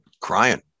crying